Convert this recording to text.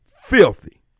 filthy